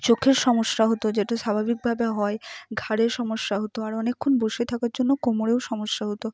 চোখের সমস্যা হতো যেটা স্বাভাবিকভাবে হয় ঘাড়ে সমস্যা হতো আর অনেকক্ষণ বসে থাকার জন্য কোমরেও সমস্যা হতো